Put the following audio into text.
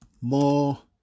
more